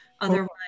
Otherwise